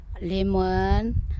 lemon